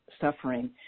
suffering